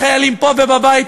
החיילים פה ובבית,